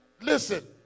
listen